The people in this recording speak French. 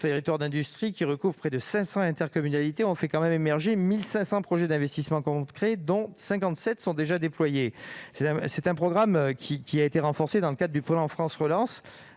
territoires d'industrie recouvrant près de 500 intercommunalités ont fait émerger 1 500 projets d'investissements concrets, dont 57 sont déjà déployés. Le programme a été renforcé dans le cadre du plan France Relance,